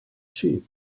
sheep